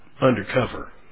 undercover